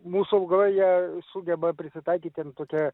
mūsų augalai jie sugeba prisitaikyt ten tokią